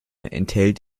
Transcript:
enthält